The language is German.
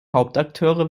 hauptakteure